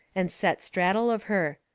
and set straddle of her.